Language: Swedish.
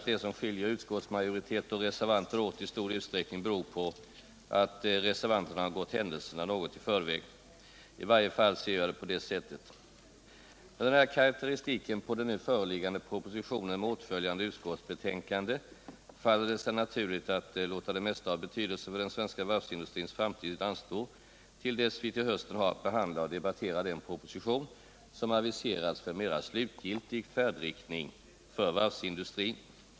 Det som skiljer utskottsmajoritet och reservanter åt är i stor utsträckning att reservanterna har gått händelserna något i förväg. I varje fall ser jag det på det sättet. Med denna karakteristik av den nu föreliggande propositionen med åtföljande utskottsbetänkande faller det sig naturligt att låta det mesta av betydelse för den svenska varvsindustrins framtid anstå till dess vi till hösten har att behandla och debattera den proposition som aviserats om en mera slutgiltig färdriktning för varvsindustrin.